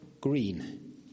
green